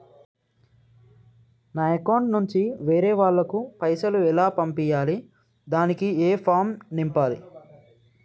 నా అకౌంట్ నుంచి వేరే వాళ్ళకు పైసలు ఎలా పంపియ్యాలి దానికి ఏ ఫామ్ నింపాలి?